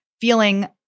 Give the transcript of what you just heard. feeling